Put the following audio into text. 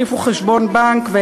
החליפו חשבון בנק,